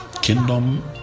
kingdom